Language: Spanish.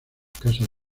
escasas